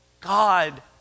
God